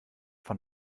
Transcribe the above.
von